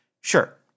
Sure